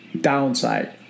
downside